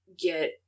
get-